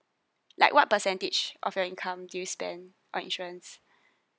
like what percentage of your income do you spend on insurance